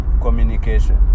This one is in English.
communication